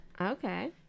Okay